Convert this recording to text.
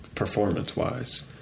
performance-wise